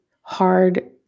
hard